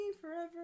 forever